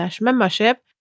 membership